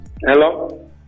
Hello